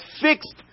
fixed